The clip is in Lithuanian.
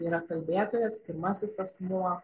tai yra kalbėtojas pirmasis asmuo